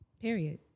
Period